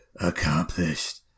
accomplished